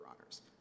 Honors